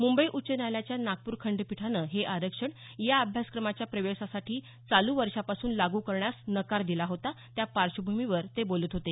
मुंबई उच्च न्यायालयाच्या नागपूर खंडपीठानं हे आरक्षण या अभ्यासक्रमाच्या प्रवेशासाठी चालू वर्षापासून लागू करण्यास नकार दिला होता त्या पार्श्वभूमीवर ते बोलत होते